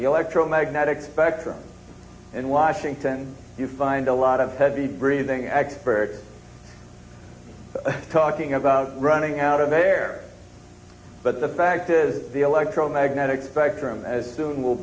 electromagnetic spectrum in washington you find a lot of heavy breathing experts talking about running out of air but the fact is the electromagnetic spectrum as